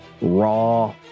raw